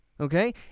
Okay